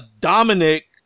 Dominic